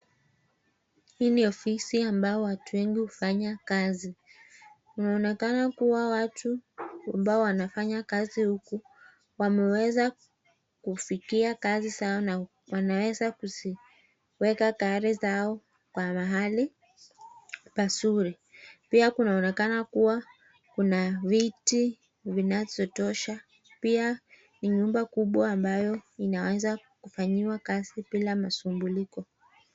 Hii ni ofisi ambayo watu wengi hufanya kazi. Inaonekana kuwa watu ambao wanafanya kazi huku, wameweza kufikia kazi zao na wanaweza kuziweka gari zao kwa mahali pazuri. Pia kunaonekana kuwa kuna viti vinazotosha. Pia ni nyumba kubwa ambayo inaweza kufanyiwa kazi bila masumbuliko.